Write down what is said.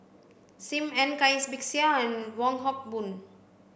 Sim Ann Cai Bixia and Wong Hock Boon